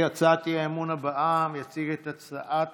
את הצעת